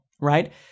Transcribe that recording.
right